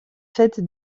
fête